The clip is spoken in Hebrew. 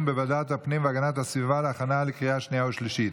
בוועדת הפנים והגנת הסביבה להכנה לקריאה שנייה ושלישית.